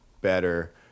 better